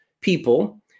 people